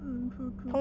mm true true